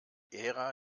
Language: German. ära